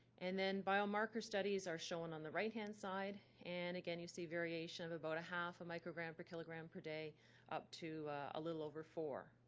and then biomarker studies are shown on the right-hand side and again you see variation of about a half a microgram per kilogram per day up to a little over four.